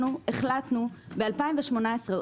ב-2018,